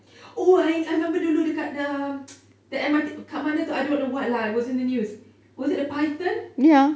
oh I I remember dulu dekat the the M_R_T kat mana tu I don't know what lah it was in the news was it a python